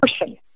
person